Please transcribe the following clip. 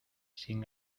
sin